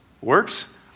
Works